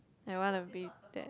I wanna be that